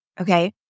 okay